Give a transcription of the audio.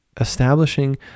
establishing